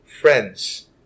friends